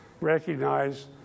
recognize